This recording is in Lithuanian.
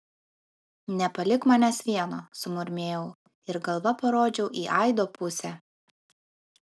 nepalik manęs vieno sumurmėjau ir galva parodžiau į aido pusę